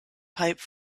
pipe